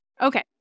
Okay